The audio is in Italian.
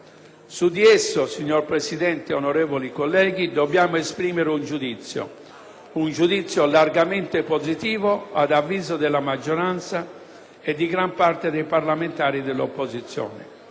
Su di esso, signor Presidente, onorevoli colleghi, dobbiamo esprimere un giudizio; un giudizio largamente positivo, ad avviso della maggioranza e di gran parte dei parlamentari dell'opposizione.